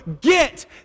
get